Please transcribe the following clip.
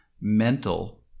mental